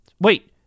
wait